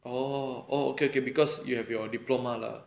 oh oh okay okay because you have your diploma lah